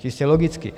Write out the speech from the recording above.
Čistě logicky.